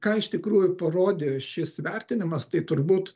ką iš tikrųjų parodė šis įvertinimas tai turbūt